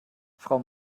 frau